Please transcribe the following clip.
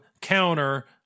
counter